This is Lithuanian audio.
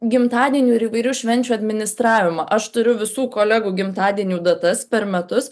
gimtadienių ir įvairių švenčių administravimą aš turiu visų kolegų gimtadienių datas per metus